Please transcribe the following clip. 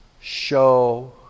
show